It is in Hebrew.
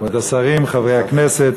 כבוד השרים, חברי הכנסת,